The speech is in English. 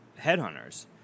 Headhunters